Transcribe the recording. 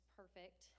perfect